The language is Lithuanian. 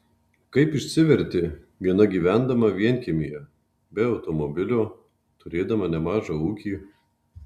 kaip išsiverti viena gyvendama vienkiemyje be automobilio turėdama nemažą ūkį